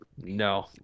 No